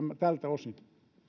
tältä osin